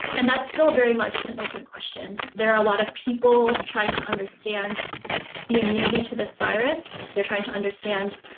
and that's still very much an open question. there are a lot of people trying to understand the immunity to this virus, they're trying to understand,